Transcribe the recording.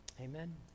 Amen